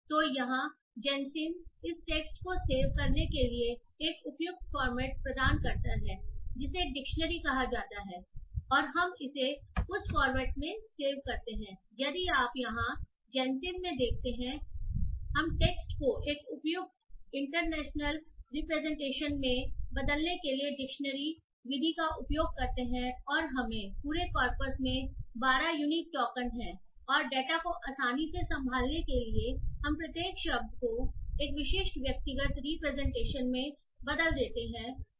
तो यहाँ जैनसिम इस टेक्स्ट को सेव करने के लिए एक उपयुक्त फॉर्मेट प्रदान करता है जिसे डिक्शनरी कहा जाता हैऔर हम इसे उस फॉर्मेट में सेव करते हैं यदि आप यहाँ Gensim जैनसिम में देखते हैंहम टेक्स्ट को एक उपयुक्त इंटरनल रिप्रेजेंटेशन में बदलने के लिए डिक्शनरी विधि का उपयोग करते हैं और हमें पूरे कॉर्पस में 12 यूनिक टोकन हैंऔर डेटा को आसानी से संभालने के लिए हम प्रत्येक शब्द को एक विशिष्ट व्यक्तिगत रिप्रेजेंटेशन में बदल देते हैं